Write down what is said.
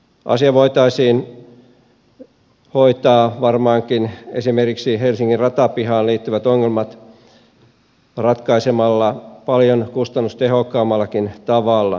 asia voitaisiin hoitaa varmaankin ratkaisemalla esimerkiksi helsingin ratapihaan liittyvät ongelmat paljon kustannustehokkaammallakin tavalla